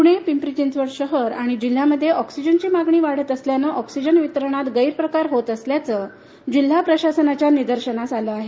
पूणे पिंपरी चिंचवड शहर आणि जिल्ह्यामध्ये ऑक्सिजनची मागणी वाढत असल्यानं ऑक्सिजन वितरणात गैरप्रकार होत असल्याचे जिल्हा प्रशासनाच्या निदर्शनास आले आहे